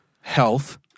health